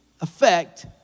affect